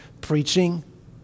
preaching